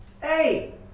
Hey